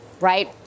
right